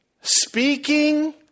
speaking